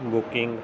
booking